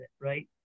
right